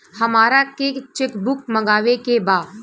हमारा के cheque book मगावे के बा?